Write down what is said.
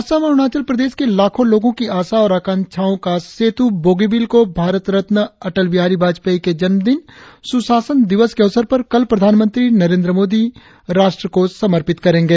असम अरुणाचल प्रदेश के लाखों लोगों की आशा और आकांक्षाओं का सेतु बोगीबिल को भारत रत्न अटल बिहारी वाजपेयी के जन्मदिन सुशासन दिवस के अवसर पर कल प्रधानमंत्री नरेंद्र मोदी राष्ट्र को समर्पित करेंगे